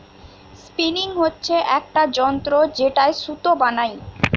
spinning হচ্ছে একটা যন্ত্র যেটায় সুতো বানাই